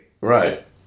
Right